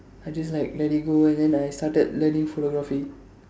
I just like let it go and then I started learning photography